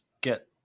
get